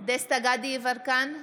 דסטה גדי יברקן,